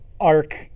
arc